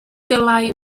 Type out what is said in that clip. dylai